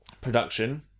production